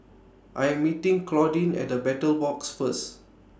I Am meeting Claudine At The Battle Box First